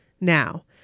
Now